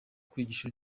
kwigisha